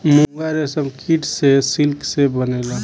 मूंगा रेशम कीट से सिल्क से बनेला